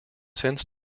since